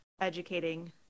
educating